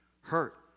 hurt